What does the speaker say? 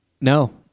No